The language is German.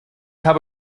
habe